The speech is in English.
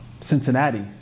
Cincinnati